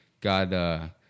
God